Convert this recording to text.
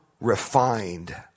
refined